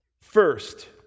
First